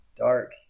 Dark